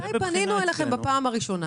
מתי פנינו אליכם בפעם הראשונה